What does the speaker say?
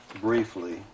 briefly